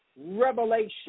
revelation